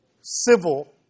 civil